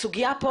הסוגיה פה,